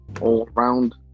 all-round